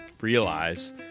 realize